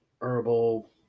herbal